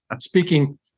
speaking